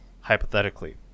hypothetically